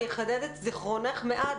אני אחדד את זיכרונך מעט,